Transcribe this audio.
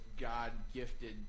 God-gifted